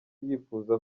yifuza